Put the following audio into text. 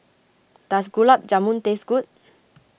does Gulab Jamun taste good